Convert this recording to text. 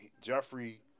Jeffrey